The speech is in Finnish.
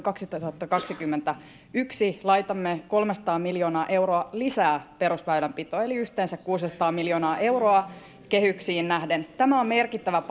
kaksituhattakaksikymmentä kuin vuodelle kaksituhattakaksikymmentäyksi laitamme kolmesataa miljoonaa euroa lisää perusväylänpitoon eli yhteensä kuusisataa miljoonaa euroa kehyksiin nähden tämä on merkittävä